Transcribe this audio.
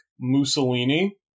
Mussolini